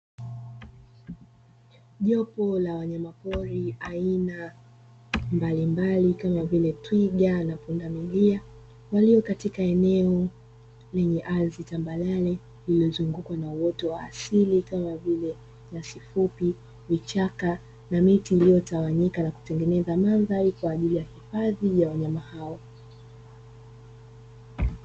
Jopo la wanyamapori aina mbalimbali kama vile twiga na pundamilia walio katika eneo lenye ardhi tambarare lililozungukwa na uoto wa asili kama vile nyasi fupi, vichaka na miti iliyotawanyika na kutengeneza mandhari kwa ajili ya hifadhi ya wanyama hao.